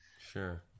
Sure